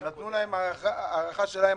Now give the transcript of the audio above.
ואם תוך שנתיים הוא מציג היתר בנייה הוא מקבל 1% בחזרה.